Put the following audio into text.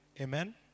Amen